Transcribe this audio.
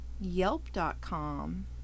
Yelp.com